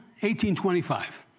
1825